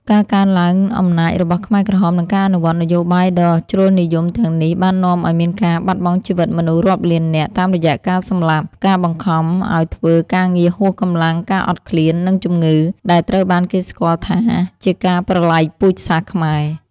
ការឡើងកាន់អំណាចរបស់ខ្មែរក្រហម និងការអនុវត្តនយោបាយដ៏ជ្រុលនិយមទាំងនេះបាននាំឱ្យមានការបាត់បង់ជីវិតមនុស្សរាប់លាននាក់ តាមរយៈការសម្លាប់ ការបង្ខំឱ្យធ្វើការងារហួសកម្លាំង ការអត់ឃ្លាន និងជំងឺ ដែលត្រូវបានគេស្គាល់ថាជាការប្រល័យពូជសាសន៍ខ្មែរ។